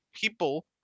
people